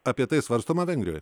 apie tai svarstoma vengrijoj